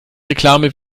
reklame